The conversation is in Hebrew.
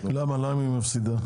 למה היא מפסידה?